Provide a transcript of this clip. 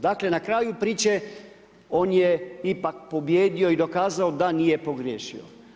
Dakle, na kraju priče, on je ipak pobijedio i dokazao da nije pogriješio.